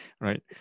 right